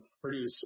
produce